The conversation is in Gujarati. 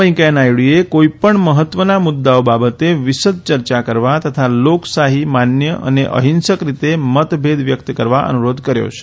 વેંકૈયા નાયડુએ કોઇપણ મહત્વના મુદ્દાઓ બાબતે વિશદ ચર્ચા કરવા તથા લોકશાહી માન્ય અને અહિંસક રીતે મતભેદ વ્યક્ત કરવા અનુરોધ કર્યો છે